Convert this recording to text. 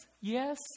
yes